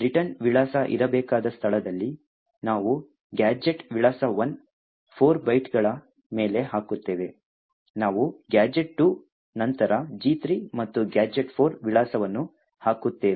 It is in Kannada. ರಿಟರ್ನ್ ವಿಳಾಸ ಇರಬೇಕಾದ ಸ್ಥಳದಲ್ಲಿ ನಾವು ಗ್ಯಾಜೆಟ್ ವಿಳಾಸವನ್ನು 1 4 ಬೈಟ್ಗಳ ಮೇಲೆ ಹಾಕುತ್ತೇವೆ ನಾವು ಗ್ಯಾಜೆಟ್ 2 ನಂತರ G3 ಮತ್ತು ಗ್ಯಾಜೆಟ್ 4 ವಿಳಾಸವನ್ನು ಹಾಕುತ್ತೇವೆ